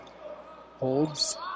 Holds